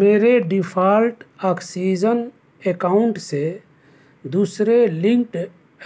میرے default oxygen account سے دوسرے لنکڈ